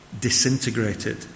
disintegrated